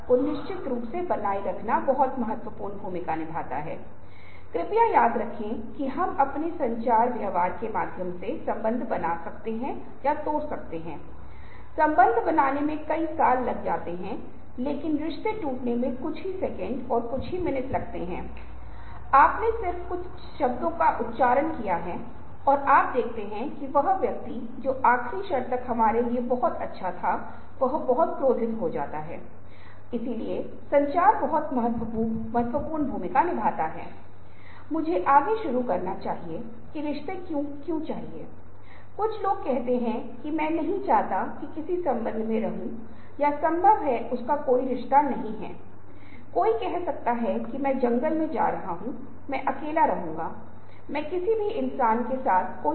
इसलिए मुझे यकीन है कि आप इसे दिलचस्प पाएंगे और मैं निश्चित रूप से आप सभी को उन सर्वेक्षणों को करने के लिए प्रेरित करता हूं क्योंकि वे बहुत रोमांचक होने जा रहे हैं निष्कर्ष भी समान रोमांचक होने जा रहे हैं जब हम एक साथ साझा करते हैं जो भी हमने सीखा है कि हम दृश्यों का अनुभव कैसे करते हैं दृश्य कैसे अर्थ की हमारी समझ में हेरफेर करते हैं और इसे कुछ अन्य चीजों से जोड़ते हैं जो बाद में अनुनय हेरफेर और उन सभी प्रकार की चीजों की तरह होगा जो विज्ञापन का बहुत महत्वपूर्ण घटक है जो अनिवार्य रूप से प्रमुख रूप से या तो दृश्य यदि यह एक प्रिंट मीडिया है यदि यह एक टैब्लॉइड है तो यह एक प्रिंट मीडिया है या यह प्रमुख रूप से मल्टीमीडिया है अगर यह कुछ और है जैसे टेलीविजन कंप्यूटर स्क्रीन और आगे और आगे की ओर